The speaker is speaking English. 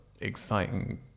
exciting